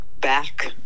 back